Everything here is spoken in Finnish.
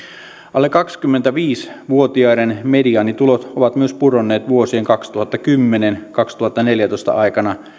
alle kaksikymmentäviisi vuotiaiden mediaanitulot ovat myös pudonneet vuosien kaksituhattakymmenen viiva kaksituhattaneljätoista aikana